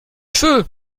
feu